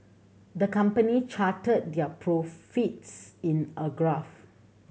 the company charted their profits in a graph